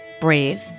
brave